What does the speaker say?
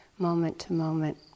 moment-to-moment